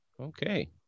Okay